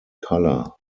color